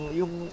yung